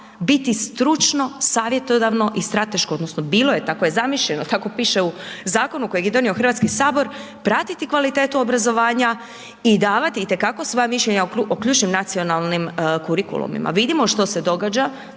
biti stručno, savjetodavno i strateško odnosno bilo je, tako je zamišljeno, tako piše u zakonu kojeg je donio HS, pratiti kvalitetu obrazovanja i davati itekako svoja mišljenja o ključnim nacionalnim kurikulumima, vidimo što se događa,